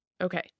Okay